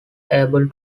able